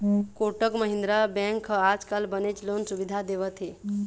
Kotak Mahindra bank ह आजकाल बनेच लोन सुबिधा देवत हे